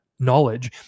Knowledge